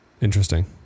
Interesting